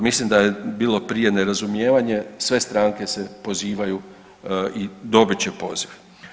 Mislim da je bilo prije nerazumijevanje sve stranke se pozivaju i dobit će poziv.